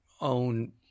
own